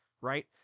Right